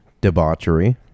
debauchery